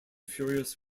furious